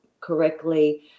correctly